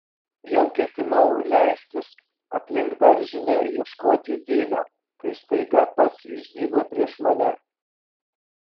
jau ketinau leistis aplink daržinę ieškoti vilio kai staiga pats išdygo prieš mane